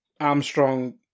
Armstrong